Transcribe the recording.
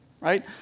right